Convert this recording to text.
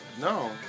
No